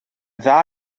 dda